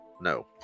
no